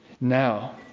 now